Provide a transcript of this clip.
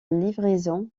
livraisons